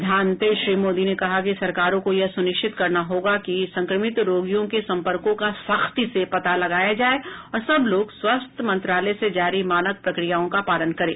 प्रधानमंत्री श्री मोदी ने कहा कि सरकारों को यह सुनिश्चित करना होगा कि संक्रमित रोगियों के संपर्कों का सख्ती से पता लगाया जाए और सब लोग स्वास्थ्य मंत्रालय से जारी मानक प्रक्रियाओं का पालन करें